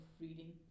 reading